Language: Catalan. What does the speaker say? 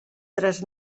tres